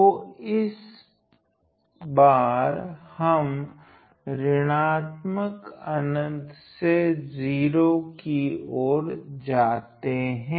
तो इस बार हम ऋणात्मक अनंत से 0 की ओर जाते हैं